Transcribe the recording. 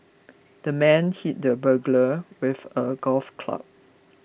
the man hit the burglar with a golf club